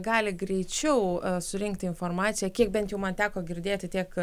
gali greičiau surinkti informaciją kiek bent jau man teko girdėti tiek